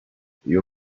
you